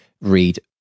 read